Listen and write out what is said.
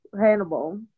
Hannibal